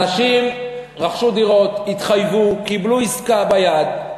אנשים רכשו דירות, התחייבו, קיבלו עסקה ביד,